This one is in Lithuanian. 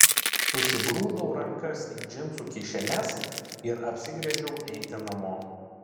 susigrūdau rankas į džinsų kišenes ir apsigręžiau eiti namo